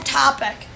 topic